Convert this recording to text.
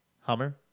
Hummer